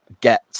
get